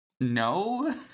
no